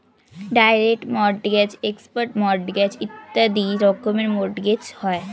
direct mortgage, expert mortgage ইত্যাদি রকমের mortgage হয়